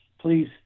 Please